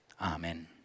Amen